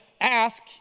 ask